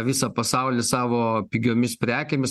visą pasaulį savo pigiomis prekėmis